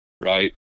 right